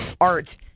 art